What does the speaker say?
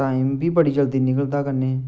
time बी बड़ी जल्दी निकलदा कन्नै